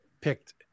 picked